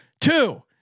two